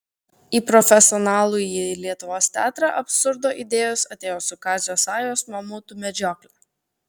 į profesionalųjį lietuvos teatrą absurdo idėjos atėjo su kazio sajos mamutų medžiokle